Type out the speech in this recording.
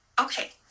Okay